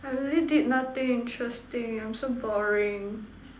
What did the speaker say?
I really did nothing interesting I'm so boring